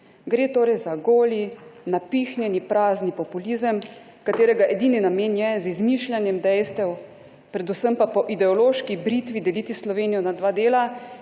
Gre torej za goli, napihnjeni, prazni populizem, katerega edini namen je z izmišljanjem dejstev, predvsem pa po ideološki britvi deliti Slovenijo na dva dela,